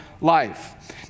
life